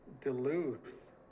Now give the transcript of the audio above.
Duluth